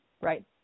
right